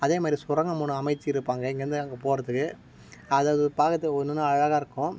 அதேமாதிரி சுரங்கம் ஒன்று அமைச்சிருப்பாங்கள் இங்கேருந்து அங்கே போகிறதுக்கு அது அது பார்க்கறத்துக்கு ஒன்று ஒன்றும் அழகாக இருக்கும்